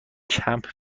کمپ